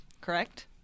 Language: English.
Correct